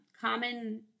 common